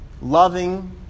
loving